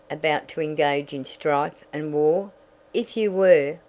about to engage in strife and war if you were,